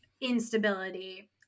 instability